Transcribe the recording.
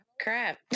crap